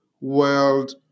world